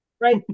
right